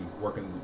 working